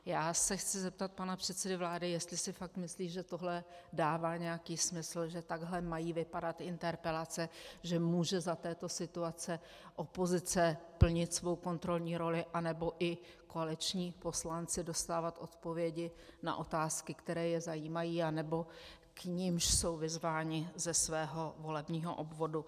Já se chci zeptat pana předsedy vlády, jestli si fakt myslí, že tohle dává nějaký smysl, že takhle mají vypadat interpelace, že může za této situace opozice plnit svou kontrolní roli nebo i koaliční poslanci dostávat odpovědi na otázky, které je zajímají a nebo k nimž jsou vyzváni ze svého volebního obvodu.